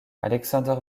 alexander